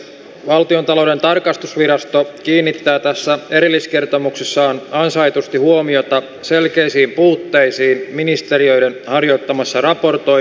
valtiontalouden tarkastusvirasto kiinnittää taustaan erilliskertomuksessaan ansaitusti huomiota selkeisiin puuttäisiin ministeriöiden harjoittamassa raportoi